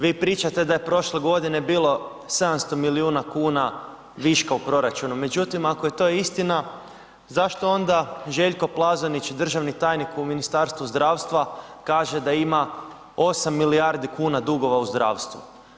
Vi pričate da je prošle godine bilo 700 milijuna kuna viška u proračunu, međutim ako je to istina zašto onda Željko Plazonić, državni tajnik u Ministarstvu zdravstva kaže da ima 8 milijardi kuna dugova u zdravstvu?